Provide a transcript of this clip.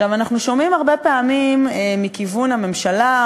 אנחנו שומעים הרבה פעמים מכיוון הממשלה,